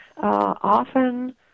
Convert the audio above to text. often